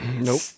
Nope